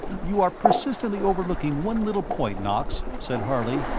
you are persistently overlooking one little point, knox, said harley,